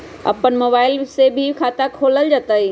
अपन मोबाइल से भी खाता खोल जताईं?